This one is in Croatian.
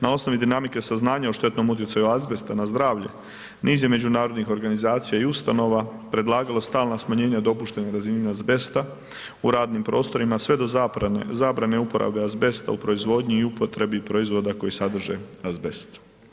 Na osnovi dinamike saznanja o štetnom utjecaju azbesta na zdravlje niz je međunarodnih organizacija i ustanova predlagalo stalna smanjenja dopuštene razine azbesta u radnim prostorima sve do zabrane uporabe azbesta u proizvodnji i upotrebi proizvoda koji sadrže azbest.